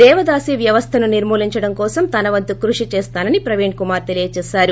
దేవదాసీ వ్యవస్థను నిర్మూ లించడం కోసం తన వంతు కృషి చేస్తానని ప్రవీణ్ కుమార్ తెలియజేశారు